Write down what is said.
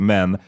Men